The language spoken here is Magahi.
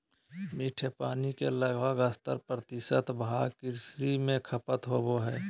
मीठे पानी के लगभग सत्तर प्रतिशत भाग कृषि में खपत होबो हइ